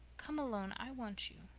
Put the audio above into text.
come alone i want you.